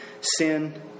sin